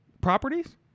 properties